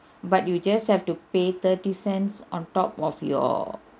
but you just have to pay thirty cents on top of your